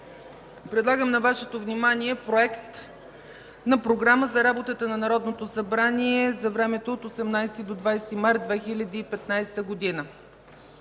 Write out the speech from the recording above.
предлагам на Вашето внимание Проект на програма за работата на Народното събрание за времето от 18 до 20 март 2015 г.